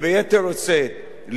לדחות את התופעות האלה.